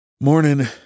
Morning